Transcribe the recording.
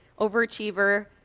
Overachiever